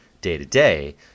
day-to-day—